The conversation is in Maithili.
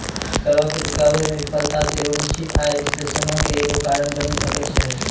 करो के चुकाबै मे विफलता सेहो निश्चित आय विश्लेषणो के एगो कारण बनि सकै छै